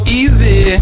easy